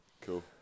cool